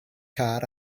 car